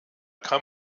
kann